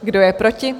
Kdo je proti?